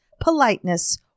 politeness